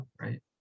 right